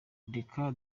reka